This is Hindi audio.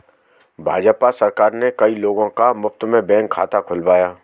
भाजपा सरकार ने कई लोगों का मुफ्त में बैंक खाता खुलवाया